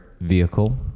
vehicle